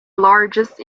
largest